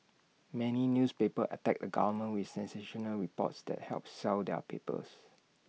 many newspapers attack A government with sensational reports that help sell their papers